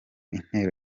intero